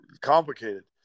complicated